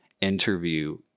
interview